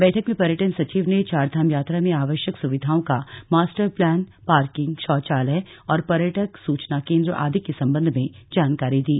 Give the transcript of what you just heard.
बैठक में पर्यटन सचिव ने चारधाम यात्रा में आवश्यक सुविधाओं का मास्टर प्लान पार्किंग शौचालय औरपर्यटक सूचना केन्द्र आदि के संबंध में जानकारी दी